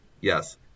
Yes